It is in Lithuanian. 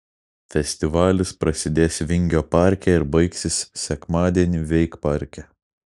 festivalis prasidės vingio parke ir baigsis sekmadienį veikparke